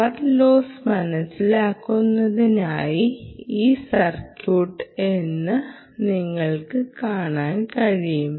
power loss മനസിലാക്കുന്നതിനാണ് ഈ circuit എന്ന് നിങ്ങൾക്ക് കാണാൻ കഴിയും